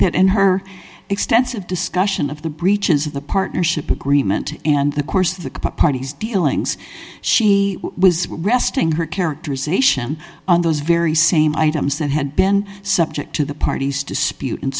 that in her extensive discussion of the breaches of the partnership agreement and the course of the parties dealings she was resting her characterization on those very same items that had been subject to the parties dispute and